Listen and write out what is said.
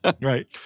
right